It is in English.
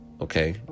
okay